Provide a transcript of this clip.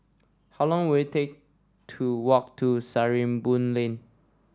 how long will it take to walk to Sarimbun Lane